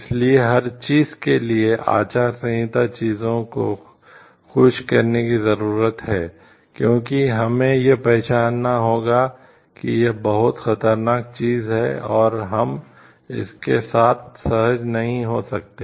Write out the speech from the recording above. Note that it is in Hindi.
इसलिए हर चीज के लिए आचार संहिता चीजों को खुश करने की जरूरत है क्योंकि हमें यह पहचानना होगा कि यह बहुत खतरनाक चीज है और हम इसके साथ सहज नहीं हो सकते